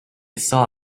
saw